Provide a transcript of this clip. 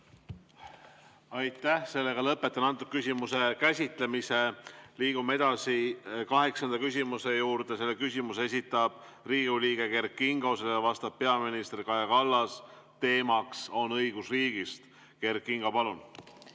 Aitäh! Lõpetan antud küsimuse käsitlemise. Liigume edasi kaheksanda küsimuse juurde. Selle küsimuse esitab Riigikogu liige Kert Kingo, sellele vastab peaminister Kaja Kallas. Teemaks on õigusriik. Kert Kingo, palun!